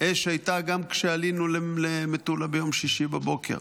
אש הייתה גם כשעלינו למטולה ביום שישי בבוקר,